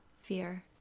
fear